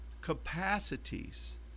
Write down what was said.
capacities